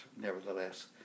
nevertheless